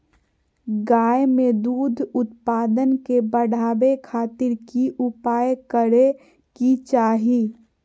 गाय में दूध उत्पादन के बढ़ावे खातिर की उपाय करें कि चाही?